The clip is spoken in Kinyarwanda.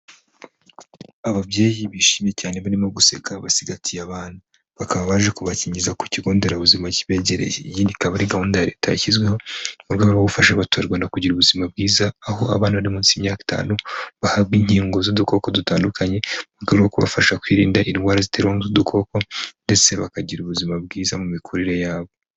Ababyeyi bishimye cyane barimo guseka basigatiye abana, bakaba baje kubakingiza ku kigo nderabuzima kibegereye iyi ikaba ari gahunda leta yashyizweho murwego rwo gufasha abaturarwanda kugira ubuzima bwiza, aho abana bari munsi y' imyaka itanu bahabwa inkingo z'udukoko dutandukanye rwo kubafasha kwirinda indwara ziterwa n'udukoko ndetse bakagira ubuzima bwiza mu mikurire yabo.